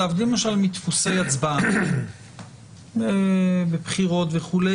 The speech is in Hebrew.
להבדיל למשל מדפוסי הצבעה בבחירות וכו',